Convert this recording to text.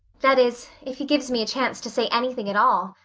that is, if he gives me a chance to say anything at all,